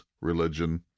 Religion